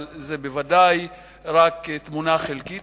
אבל זה בוודאי רק תמונה חלקית.